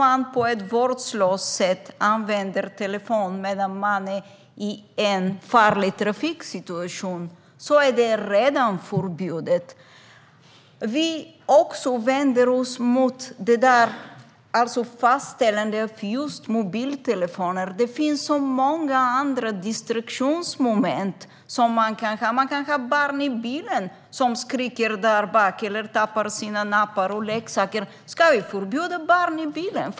Att på ett vårdslöst sätt använda telefonen medan man är i en farlig trafiksituation är redan förbjudet. Vi vänder oss också mot att det rör sig om just mobiltelefoner. Det finns så många andra distraktionsmoment. Man kan ha barn i bilen som skriker i baksätet eller tappar sina nappar eller leksaker. Ska vi förbjuda barn i bilen?